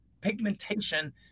pigmentation